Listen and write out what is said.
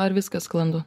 ar viskas sklandu